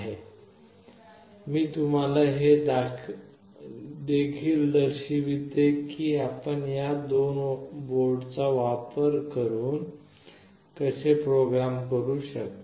आणि मी तुम्हाला हे देखील दर्शविते की आपण या दोन बोर्डांचा वापर करून कसे प्रोग्राम करू शकता